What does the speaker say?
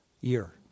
year